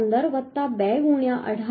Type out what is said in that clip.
15 વત્તા 2 ગુણ્યા 18